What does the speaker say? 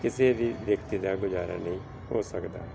ਕਿਸੇ ਵੀ ਵਿਅਕਤੀ ਦਾ ਗੁਜ਼ਾਰਾ ਨਹੀਂ ਹੋ ਸਕਦਾ